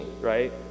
right